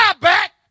back